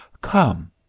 come